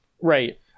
Right